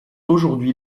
aujourd’hui